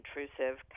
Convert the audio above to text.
intrusive